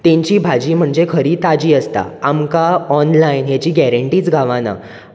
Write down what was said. तेंची भाजी म्हणजे खरी ताजी आसता आमकां ऑनलायन हेची गॅरेंटीच गावना